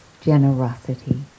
generosity